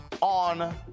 On